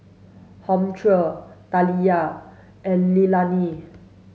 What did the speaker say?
Humphrey Taliyah and Leilani